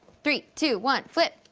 three, two, one, flip,